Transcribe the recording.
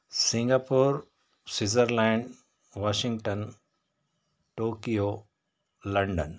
Singapore Switzerland Washington Tokyo London